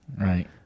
Right